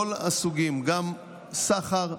כל הסוגים, גם סחר,